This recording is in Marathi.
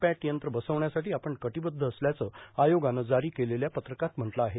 पॅट यंत्रं बसवण्यासाठी आपण कटिबद्ध असल्याचं आयोगानं जारी केलेल्या पत्रकात म्हटलं आहे